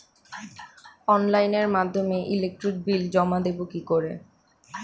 অনলাইনের মাধ্যমে electric bill জমা দেবো কি করে?